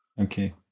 okay